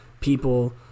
people